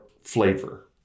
flavor